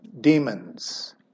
demons